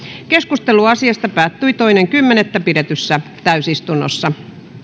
keskustelu asiasta päättyi toinen kymmenettä kaksituhattakahdeksantoista pidetyssä täysistunnossa